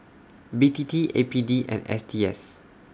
B T T A P D and S T S